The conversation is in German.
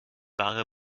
wahre